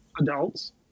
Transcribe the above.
adults